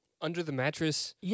under-the-mattress